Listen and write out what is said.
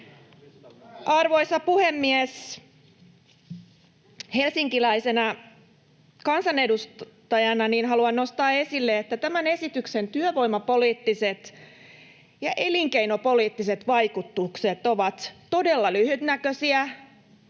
Arvoisa puhemies! Helsinkiläisenä kansanedustajana haluan nostaa esille, että tämän esityksen työvoimapoliittiset ja elinkeinopoliittiset vaikutukset ovat todella lyhytnäköisiä.